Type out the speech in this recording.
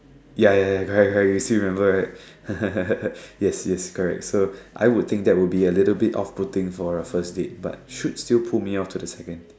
ya ya ya correct correct you still remember right yes yes correct so I would think that would be a little off putting for a first date but should still put me off to the second